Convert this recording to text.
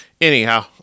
anyhow